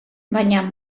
baina